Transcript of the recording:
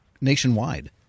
nationwide